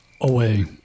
Away